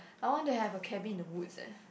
I want to have a cabin in the woods eh